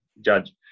judge